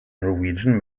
norwegian